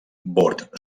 bord